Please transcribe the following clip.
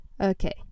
Okay